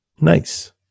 Nice